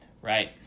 Right